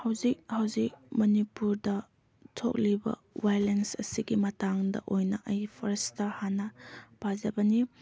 ꯍꯧꯖꯤꯛ ꯍꯧꯖꯤꯛ ꯃꯅꯤꯄꯨꯔꯗ ꯊꯣꯛꯂꯤꯕ ꯚꯥꯏꯑꯣꯂꯦꯟꯁ ꯑꯁꯤꯒꯤ ꯃꯇꯥꯡꯗ ꯑꯣꯏꯅ ꯑꯩ ꯐꯥꯔꯁꯇ ꯍꯥꯟꯅ ꯄꯥꯖꯕꯅꯤ